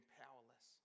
powerless